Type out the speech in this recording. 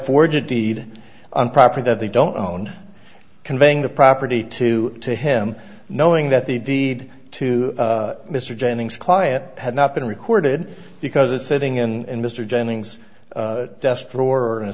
forge a deed on property that they don't own conveying the property to to him knowing that the deed to mr jennings client had not been recorded because it's sitting in mr jennings desk drawer or in a